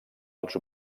els